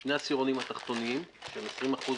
שני העשירונים התחתונים שהם 20%